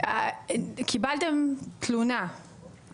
קיבלתם תלונה,